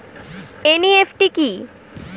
NEFT কি?